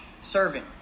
serving